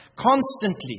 Constantly